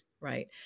right